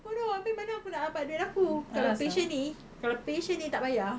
bodoh abeh mana aku nak dapat duit aku kalau patient ni kalau patient ni tak bayar